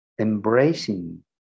embracing